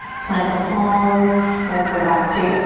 plant the palms and we'll come back to,